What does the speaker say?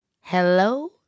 hello